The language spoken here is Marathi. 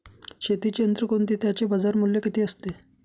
शेतीची यंत्रे कोणती? त्याचे बाजारमूल्य किती असते?